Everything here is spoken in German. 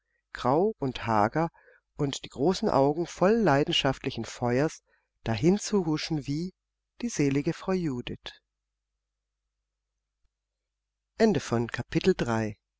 grau und hager und die großen augen voll leidenschaftlichen feuers dahinzuhuschen wie die selige frau judith